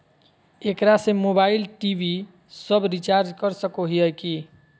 एकरा से mobile TV सब रिचार्ज कर सको हियै की?